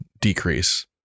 decrease